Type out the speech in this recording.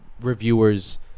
reviewers